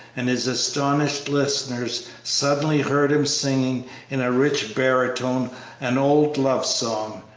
and his astonished listeners suddenly heard him singing in a rich baritone an old love-song,